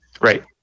Right